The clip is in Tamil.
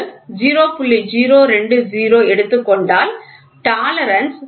020 எடுத்துக் கொண்டால் டாலரன்ஸ் 0